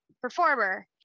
performer